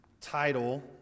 title